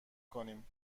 کنیم